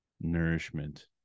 nourishment